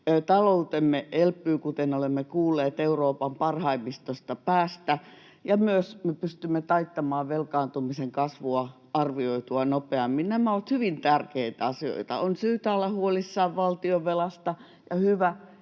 Taloutemme elpyy, kuten olemme kuulleet, parhaimmiston joukossa Euroopassa, ja me pystymme myös taittamaan velkaantumisen kasvua arvioitua nopeammin. Nämä ovat hyvin tärkeitä asioita. On syytä olla huolissaan valtionvelasta, ja hyvä,